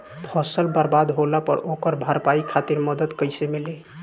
फसल बर्बाद होला पर ओकर भरपाई खातिर मदद कइसे मिली?